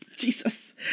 jesus